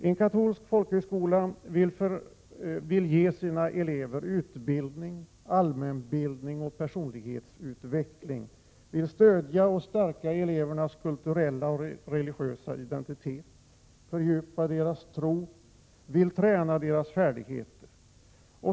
En katolsk folkhögskola vill ge sina elever utbildning, allmänbildning och personlighetsutveckling, vill stödja och stärka elevernas kulturella och religiösa identitet, fördjupa deras tro och träna deras färdigheter.